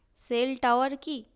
sell tower key